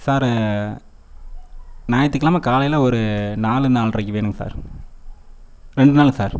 sir ஞாயித்துக்கிழம காலையில ஒரு நாலு நாலரைக்கு வேணும் சார் ரெண்டு நாள் சார்